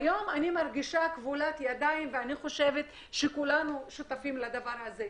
לעומת היום שאני מרגישה כבולת ידיים ולדעתי כולנו שותפים לדבר הזה.